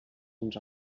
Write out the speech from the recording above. uns